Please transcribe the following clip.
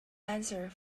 answer